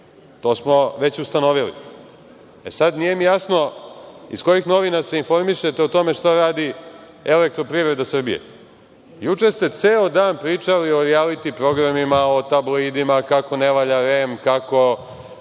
To smo već ustanovili. E, sad, nije mi jasno iz kojih novina se informišete o tome šta radi „Eelektroprivreda Srbije“?Juče ste ceo dan pričali o rijaliti programima, o tabloidima, kako ne valja REM, kako